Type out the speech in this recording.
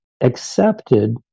accepted